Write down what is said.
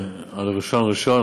על ראשון ראשון.